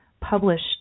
published